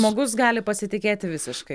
žmogus gali pasitikėti visiškai